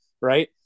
Right